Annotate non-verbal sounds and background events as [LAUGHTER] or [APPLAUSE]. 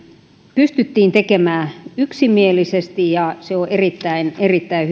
pystyttiin tekemään yksimielisesti ja se on erittäin erittäin [UNINTELLIGIBLE]